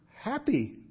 happy